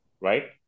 right